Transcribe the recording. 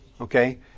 Okay